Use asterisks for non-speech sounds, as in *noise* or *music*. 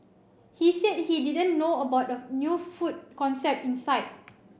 he said he didn't know about *unintelligible* new food concept inside